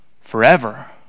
forever